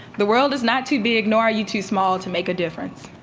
the world is not too big nor are you too small to make a difference.